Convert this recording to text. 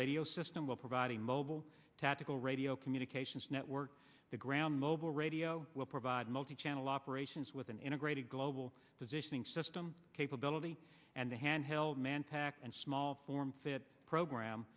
radio system will provide a mobile tactical radio communications network the ground mobile radio will provide multichannel operations with an integrated global positioning system capability and a handheld manned pack and small form fit program